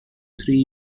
three